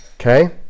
Okay